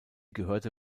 gehörte